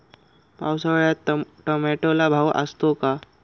पावसाळ्यात टोमॅटोला भाव असतो का?